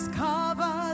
cover